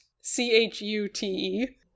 C-H-U-T-E